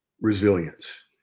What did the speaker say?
resilience